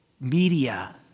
media